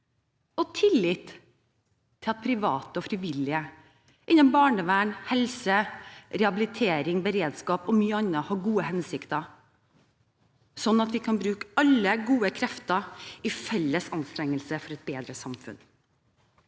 – tillit tilat privateogfrivillige innen barnevern, helse, rehabilitering, beredskap og mye annet har gode hensikter, sånn at vi kan bruke alle gode krefter i felles anstrengelse for et bedre samfunn